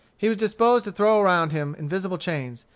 he was disposed to throw around him invisible chains,